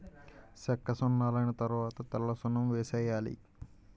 సెక్కసున్నలైన తరవాత తెల్లసున్నం వేసేయాలి